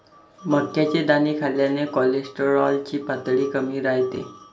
मक्याचे दाणे खाल्ल्याने कोलेस्टेरॉल ची पातळी कमी राहते